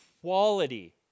quality